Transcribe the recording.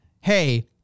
hey